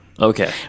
Okay